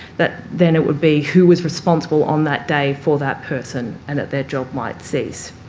that then it would be who was responsible on that day for that person and that their job might cease.